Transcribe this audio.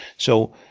so